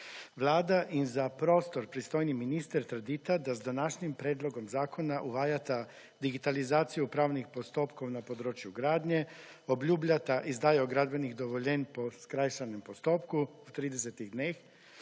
Vlada in za prostor pristojni minister trdita, da z današnjim predlogom zakona uvajata digitalizacijo upravnih postopkov na področju gradnje, obljubljata izdajo gradbenih dovoljenj po skrajšanem postopku, v 30 dneh,